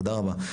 תודה רבה.